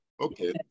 Okay